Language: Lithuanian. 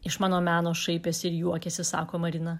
iš mano meno šaipėsi ir juokėsi sako marina